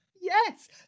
Yes